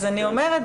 אז אני אומרת,